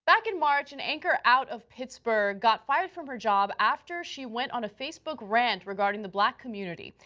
back in march an anchor out of pittsburgh got fired from her job after she went on a facebook rant regarding the black community.